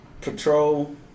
Patrol